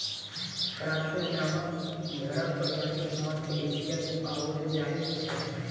Karakul नामक भेंड़क प्रजाति मध्य एशिया मे पाओल जाइत छै